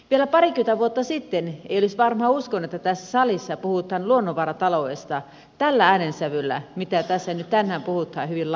vielä parikymmentä vuotta sitten ei olisi varmaan uskonut että tässä salissa puhutaan luonnonvarataloudesta tällä äänensävyllä millä tässä tänään puhutaan hyvin laajasti